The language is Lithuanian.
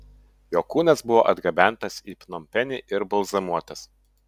jo kūnas buvo atgabentas į pnompenį ir balzamuotas